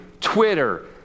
Twitter